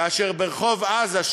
כאשר ברחוב עזה,